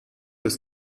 des